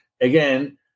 again